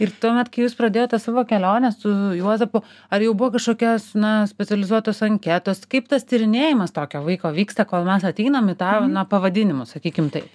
ir tuomet kai jūs pradėjote savo kelionę su juozapu ar jau buvo kažkokios na specializuotos anketos kaip tas tyrinėjimas tokio vaiko vyksta kol mes ateinam į tą na pavadinimus sakykim taip